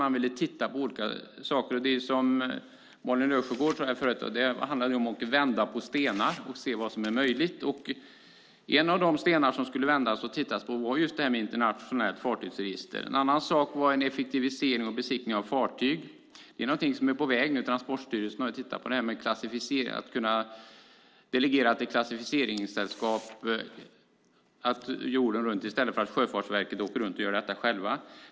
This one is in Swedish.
Man ville se över olika saker. Malin Löfsjögård talade om att det handlar om att man ska vända på stenar för att se vad som är möjligt. En av de stenar som skulle vändas och tittas på var just ett internationellt fartygsregister. En annan sak var en effektivisering av besiktningen av fartyg. Det är någonting som är på väg. Transportstyrelsen har tittat på om det går att delegera detta till klassificeringssällskap jorden runt i stället för att Sjöfartsverket åker runt och gör detta själv.